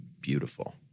beautiful